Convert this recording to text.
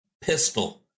Pistol